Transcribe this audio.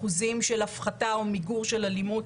אחוזים של הפחתה או מיגור של אלימות,